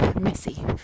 messy